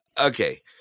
okay